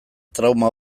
trauma